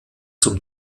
zum